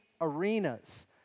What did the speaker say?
arenas